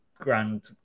grand